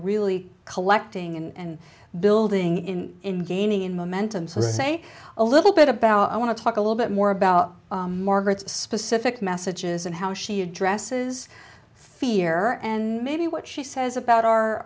really collecting and building in in gaining momentum so the same a little bit about i want to talk a little bit more about margaret's specific messages and how she addresses fear and maybe what she says about our